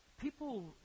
People